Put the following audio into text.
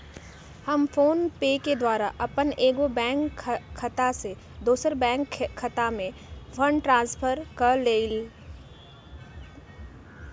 हम फोनपे के द्वारा अप्पन एगो बैंक खता से दोसर बैंक खता में फंड ट्रांसफर क लेइले